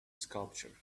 sculpture